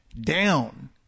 down